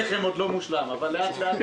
התיאום ביניכם עוד לא מושלם אבל לאט לאט.